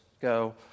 go